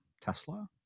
Tesla